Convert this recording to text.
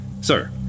Sir